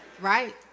Right